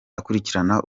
akurikirana